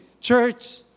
church